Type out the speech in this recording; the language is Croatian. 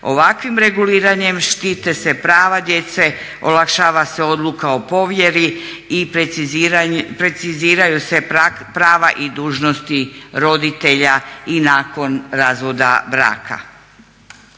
Ovakvim reguliranjem štite se prava djece, olakšava se odluka o povjeri i preciziraju se prava i dužnosti roditelja i nakon razvoda braka.